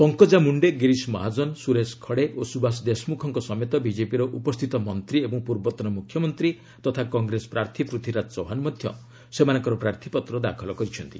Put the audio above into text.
ପଙ୍କଜ ମୁଣ୍ଡେ ଗିରିଶ ମହାଜନ ସୁରେଶ ଖଡେ ଓ ସୁଭାଷ ଦେଶମୁଖଙ୍କ ସମେତ ବିଜେପିର ଉପସ୍ଥିତ ମନ୍ତ୍ରୀ ଏବଂ ପୂର୍ବତନ ମୁଖ୍ୟମନ୍ତ୍ରୀ ତଥା କଂଗ୍ରେସ ପ୍ରାର୍ଥୀ ପୃଥ୍ୱୀରାଜ ଚୌହାନ ମଧ୍ୟ ସେମାନଙ୍କର ପ୍ରାର୍ଥୀପତ୍ ଦାଖଲ କରିଛନ୍ତି